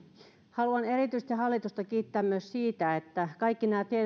haluan hallitusta kiittää erityisesti myös siitä että kaikki nämä